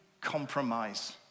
compromise